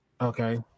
okay